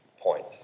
point